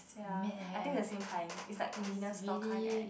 ya I think the same kind is like convenience store kind right